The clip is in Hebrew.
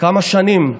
כמה שנים.